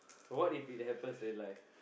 what if it happens real life